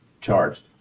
charged